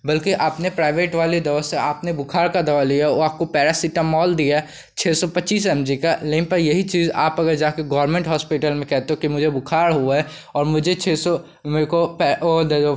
बल्कि आपने प्राइवेट वाली दवा से आपने बुख़ार की दवा लिया वह आपको पैरसीटामोल दिया छः सौ पच्चीस एम जी की लेकिन पर यही चीज़ आप अगर जाकर गोरमेंट होस्पिटल में कह दो कि मुझे बुख़ार हुआ है और मुझे छः सौ मेरे को वह दे दो